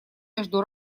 между